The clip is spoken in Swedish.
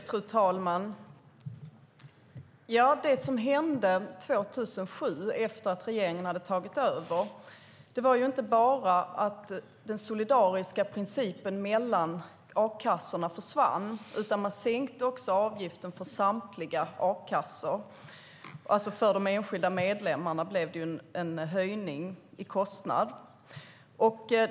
Fru talman! Det som hände 2007, efter det att den borgerliga regeringen hade tagit över, var att inte bara den solidariska principen mellan a-kassorna försvann, utan man höjde också avgiften för samtliga a-kassor. För de enskilda medlemmarna blev det alltså en högre kostnad.